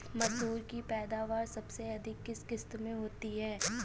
मसूर की पैदावार सबसे अधिक किस किश्त में होती है?